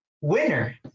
winner